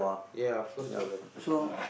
ya of course we're lucky